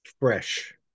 fresh